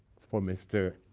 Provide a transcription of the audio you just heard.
for mr.